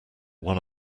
one